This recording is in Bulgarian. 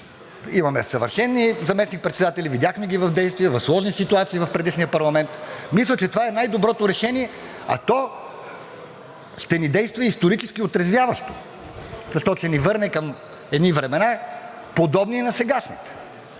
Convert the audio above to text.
имаме съвършени заместник-председатели, видяхме ги в действие в сложни ситуации в предишния парламент. Мисля, че това е най-доброто решение, а то ще ни действа исторически отрезвяващо, защото ще ни върне към едни времена, подобни на сегашните.